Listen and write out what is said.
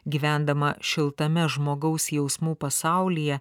gyvendama šiltame žmogaus jausmų pasaulyje